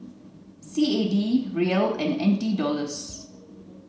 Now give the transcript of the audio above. C A D Riel and N T Dollars